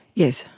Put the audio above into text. yes,